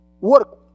work